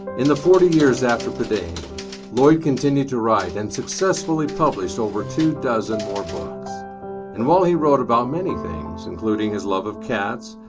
in the forty years after prydain, lloyd continued to write and successfully published over two dozen more books and while he wrote about many things including his love of cats,